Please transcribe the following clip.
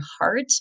heart